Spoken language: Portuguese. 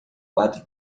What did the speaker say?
quatro